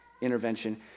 intervention